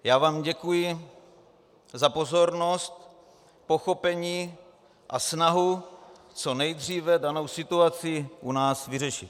Já vám děkuji za pozornost, pochopení a snahu co nejdříve danou situaci u nás vyřešit.